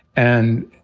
and,